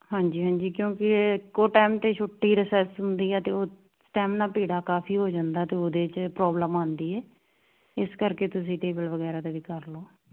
ਹਾਂਜੀ ਹਾਂਜੀ ਕਿਉਂਕਿ ਇੱਕੋ ਟਾਈਮ ਤੇ ਛੁੱਟੀ ਰਿਸੈਸ ਹੁੰਦੀ ਆ ਤੇ ਉਸ ਟਾਈਮ ਨਾਲ ਭੀੜਾ ਕਾਫੀ ਹੋ ਜਾਂਦਾ ਤੇ ਉਹਦੇ 'ਚ ਪ੍ਰੋਬਲਮ ਆਉਂਦੀ ਹ ਇਸ ਕਰਕੇ ਤੁਸੀਂ ਟੇਬਲ ਵਗੈਰਾ ਦੇ ਵੀ ਕਰ ਲਓ